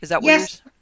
Yes